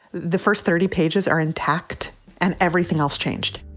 the first thirty pages are intact and everything else changed